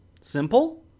Simple